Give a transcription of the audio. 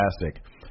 fantastic